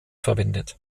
verwendet